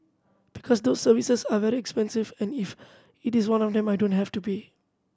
because those services are very expensive and if it is one of them I don't have to pay